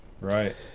right